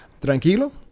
tranquilo